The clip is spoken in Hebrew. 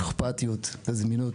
אכפתיות וזמינות